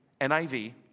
NIV